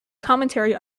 commentary